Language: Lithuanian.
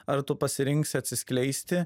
ar tu pasirinksi atsiskleisti